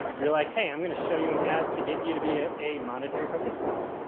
you're like hey, i'm gonna show you an ad to get you to be ah a monetary participant.